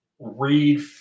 read